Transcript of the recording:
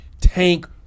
Tank